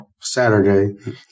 Saturday